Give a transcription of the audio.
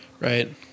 right